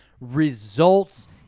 results